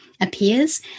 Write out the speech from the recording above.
appears